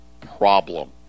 problem